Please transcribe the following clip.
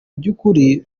by’ukuri